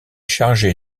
chargé